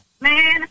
man